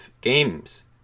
games